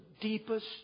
deepest